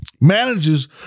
Manages